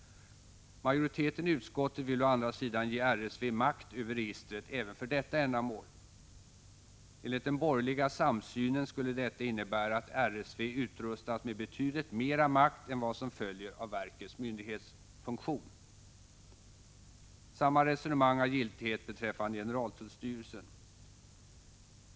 Majoriteten i utskottet vill å andra sidan ge RSV makt över registret även för detta ändamål. Enligt den borgerliga samsynen skulle detta innebära att RSV utrustas med betydligt mera makt än vad som följer av verkets myndighetsfunktion. Samma resonemang har giltighet beträffande generaltullstyrelsen.